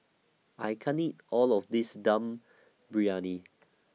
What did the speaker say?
I can't eat All of This Dum Briyani